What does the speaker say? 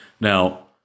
Now